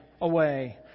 away